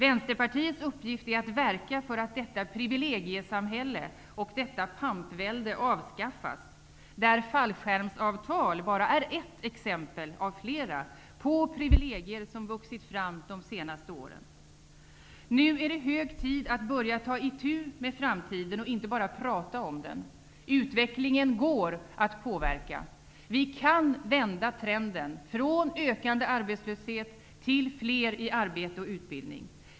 Vänsterpartiets uppgift är att verka för att detta privilegiesamhälle och detta pampvälde avskaffas, där fallskärmsavtal bara är ett exempel av flera på privilegier som vuxit fram de senaste åren. Nu är det hög tid att börja ta itu med framtiden och inte bara prata om den. Utvecklingen går att påverka. Vi kan vända trenden från ökande arbetslöshet till att fler får arbete och utbildning.